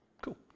Cool